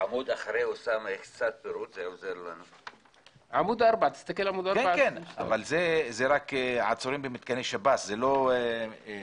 תסתכלו בעמוד 4. אלה רק עצורים במתקני שירות בתי הסוהר.